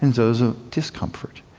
in zones of discomfort,